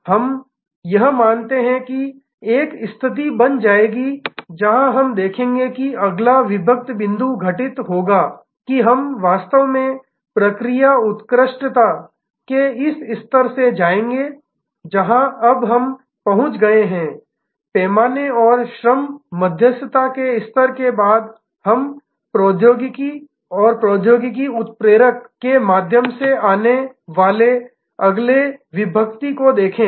यह हम मानते हैं कि एक स्थिति बन जाएगी जहां हम देखेंगे कि अगला विभक्ति बिंदु घटित होगा कि हम वास्तव में प्रक्रिया उत्कृष्टता के इस स्तर से जाएंगे जहां अब हम पहुंच गए हैं पैमाने और श्रम मध्यस्थता के स्तर के बाद हम अब प्रौद्योगिकी उत्प्रेरक के माध्यम से आने वाले अगले विभक्ति को देखें